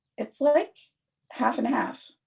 it's like half and half.